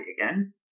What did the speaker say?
again